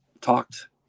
talked